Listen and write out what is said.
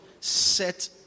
set